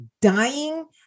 dying